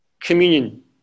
communion